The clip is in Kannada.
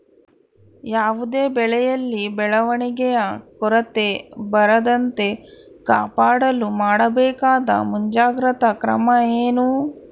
ಯಾವುದೇ ಬೆಳೆಯಲ್ಲಿ ಬೆಳವಣಿಗೆಯ ಕೊರತೆ ಬರದಂತೆ ಕಾಪಾಡಲು ಮಾಡಬೇಕಾದ ಮುಂಜಾಗ್ರತಾ ಕ್ರಮ ಏನು?